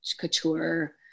couture